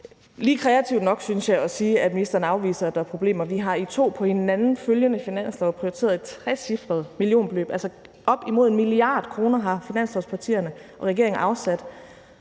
lige kreativt nok, synes jeg, at sige, at ministeren afviser, at der er problemer. Vi har i to på hinanden følgende finanslove prioriteret et trecifret millionbeløb, altså op mod 1 mia. kr. har finanslovspartierne og regeringen afsat,